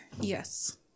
Yes